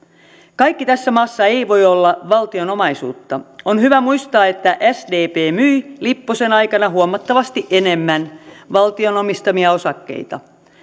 kaikki tässä maassa ei voi olla valtion omaisuutta on hyvä muistaa että sdp myi lipposen aikana huomattavasti enemmän valtion omistamia osakkeita